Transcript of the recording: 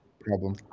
problem